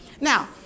Now